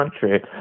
country